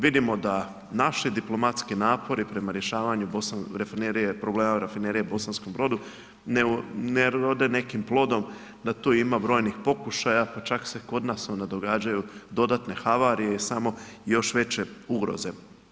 Vidimo da naši diplomatski napori prema rješavanju rafinerije, problema rafinerije u Bosanskom Brodu ne rode nekim plodom da tu ima brojnih pokušaja, pa čak se kod nas onda događaju dodatne havarije i samo još veće ugroze.